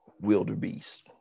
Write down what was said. wildebeest